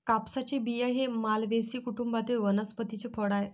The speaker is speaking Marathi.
कापसाचे बिया हे मालवेसी कुटुंबातील वनस्पतीचे फळ आहे